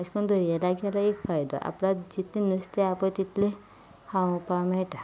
अशे करून दर्या लागीं आसल्यार एक फायदो आपणा जितलें नुस्तें आसा पळय तितलें खावपाक मेळटा